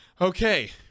Okay